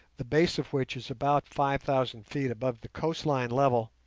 the base of which is about five thousand feet above the coastline level,